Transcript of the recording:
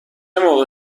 موقع